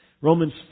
Romans